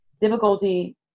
difficulty